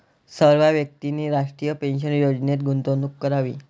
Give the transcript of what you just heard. सर्व व्यक्तींनी राष्ट्रीय पेन्शन योजनेत गुंतवणूक करावी